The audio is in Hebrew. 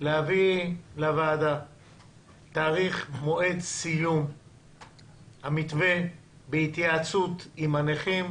להביא לוועדה תאריך מועד סיום המתווה בהתייעצות עם הנכים,